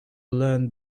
learned